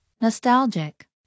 Nostalgic